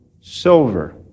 silver